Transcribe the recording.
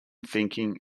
thinking